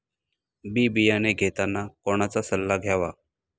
बी बियाणे घेताना कोणाचा सल्ला घ्यावा?